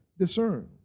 discerned